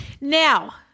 Now